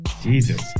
Jesus